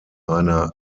einer